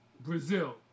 Brazil